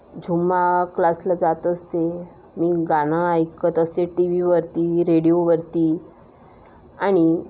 Zumba क्लासला जात असते मी गाणं ऐकत असते टी व्हीवरती रेडिओवरती आणि